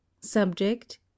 subject